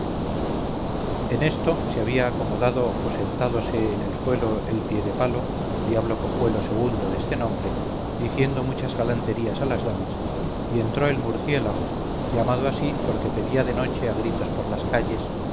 en esto se había acomodado o sentádose en el suelo el piedepalo diablo cojuelo segundo deste nombre diciendo muchas galanterías a las damas y entró el murciélago llamado así porque pedía de noche a gritos por las calles